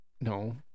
No